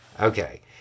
Okay